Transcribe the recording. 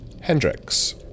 Hendrix